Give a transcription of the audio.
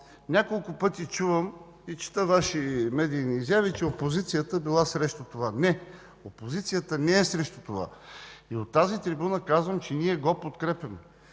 Няколко пъти чувам и чета Ваши медийни изяви, че опозицията била срещу това. Не, опозицията не е срещу това. От тази трибуна казвам, че ние го подкрепяме,